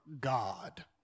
God